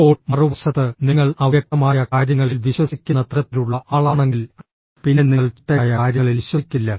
ഇപ്പോൾ മറുവശത്ത് നിങ്ങൾ അവ്യക്തമായ കാര്യങ്ങളിൽ വിശ്വസിക്കുന്ന തരത്തിലുള്ള ആളാണെങ്കിൽ പിന്നെ നിങ്ങൾ ചിട്ടയായ കാര്യങ്ങളിൽ വിശ്വസിക്കുന്നില്ല